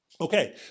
Okay